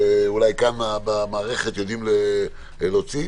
אולי כאן במערכת יודעים להוציא.